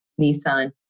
Nissan